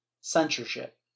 Censorship